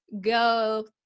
go